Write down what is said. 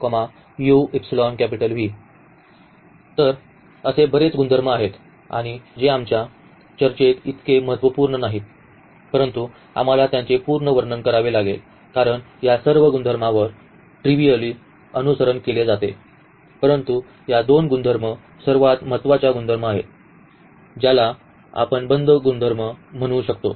आणि असे बरेच गुणधर्म आहेत जे आमच्या चर्चेत इतके महत्त्वपूर्ण नाहीत परंतु आम्हाला त्यांचे पूर्ण वर्णन करावे लागेल कारण या सर्व गुणधर्मांमधून ट्रिव्हीअली अनुसरण केले जाईल परंतु या दोन गुणधर्म सर्वात महत्वाच्या गुणधर्म आहेत ज्याला आपण बंद गुणधर्म कॉल करतो